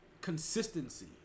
consistency